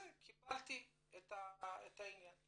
בסדר קיבלתי את העניין.